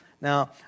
Now